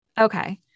Okay